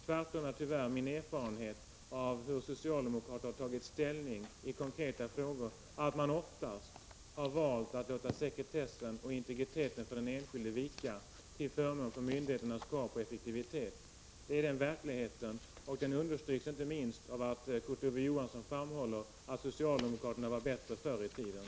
Tvärtom är min erfarenhet av hur socialdemokrater tagit ställning i konkreta frågor tyvärr att man oftast har valt att låta sekretessen och integriteten för den enskilde vika till förmån för myndigheternas krav på effektivitet. Det är verkligheten, och den understryks inte minst av att Kurt Ove Johansson framhåller att socialdemokraterna var bättre förr i tiden.